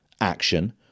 Action